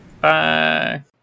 Bye